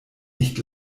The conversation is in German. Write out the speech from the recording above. nicht